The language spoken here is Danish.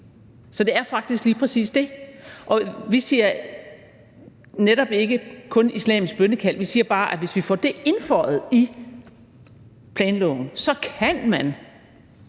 Så det er faktisk lige præcis det. Og vi siger netop ikke kun islamisk bønnekald, vi siger bare, at hvis vi får det indføjet i planloven, så kan man